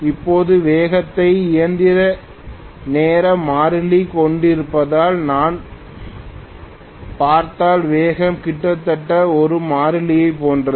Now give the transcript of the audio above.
இப்போது வேகத்தை இயந்திர நேர மாறிலி கொண்டிருப்பதால் நான் பார்த்தால் வேகம் கிட்டத்தட்ட ஒரு மாறிலி போன்றது